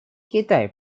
китай